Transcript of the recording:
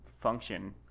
function